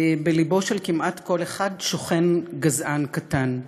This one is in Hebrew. בלבו של כמעט כל אחד שוכן גזען קטן,